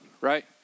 right